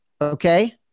Okay